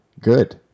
good